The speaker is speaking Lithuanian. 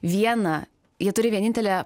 vieną jie turi vienintelę